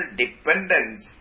dependence